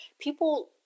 people